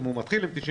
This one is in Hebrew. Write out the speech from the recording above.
אם הוא מתחיל עם 93%,